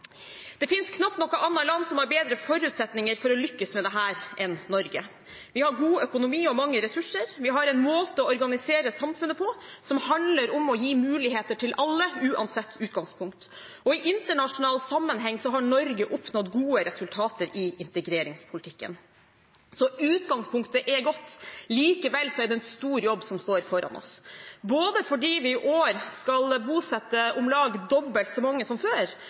Det finnes knapt noe annet land som har bedre forutsetninger for å lykkes med dette enn Norge. Vi har god økonomi og mange ressurser, vi har en måte å organisere samfunnet på som handler om å gi muligheter til alle, uansett utgangspunkt, og i internasjonal sammenheng har Norge oppnådd gode resultater i integreringspolitikken. Så utgangspunktet er godt. Likevel er det en stor jobb som står foran oss, både fordi vi i år skal bosette om lag dobbelt så mange som før,